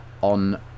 on